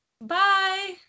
Bye